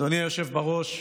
אדוני היושב-ראש,